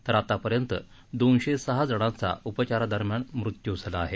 तर आतापर्यंत दोनशे सहा जणांचा उपचारादरम्यान मृत्यू झाला आहे